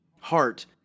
heart